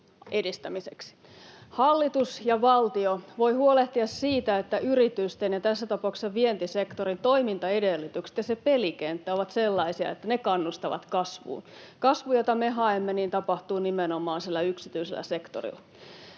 Hallitus ja valtio voi huolehtia siitä, että yritysten ja tässä tapauksessa vientisektorin toimintaedellytykset ja se pelikenttä ovat sellaisia, että ne kannustavat kasvuun. Kasvu, jota me haemme, tapahtuu nimenomaan siellä yksityisellä sektorilla.